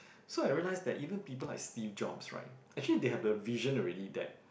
so I realize that even people like Steve-Jobs right actually they have the vision already that